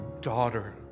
daughter